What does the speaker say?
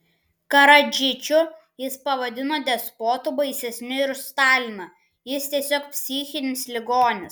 karadžičių jis pavadino despotu baisesniu ir už staliną jis tiesiog psichinis ligonis